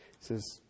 says